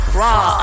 raw